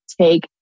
take